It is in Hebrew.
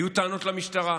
שתמיד